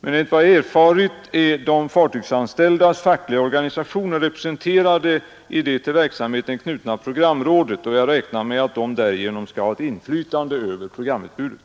Enligt vad jag erfarit är de fartygsanställdas fackliga organisationer representerade i det till verksamheten knutna programrådet, och jag räknar med att de därigenom skall ha ett inflytande över programutbudet.